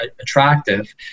attractive